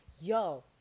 Yo